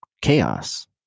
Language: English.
chaos